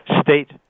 state